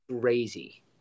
crazy